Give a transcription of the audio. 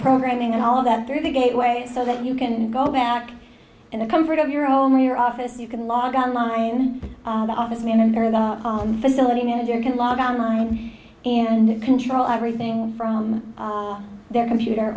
programming and all of that through the gateway so that you can go back in the comfort of your own or your office you can log on line the office manager the facility manager can log on line and control everything from their computer